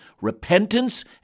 repentance